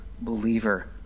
believer